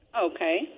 Okay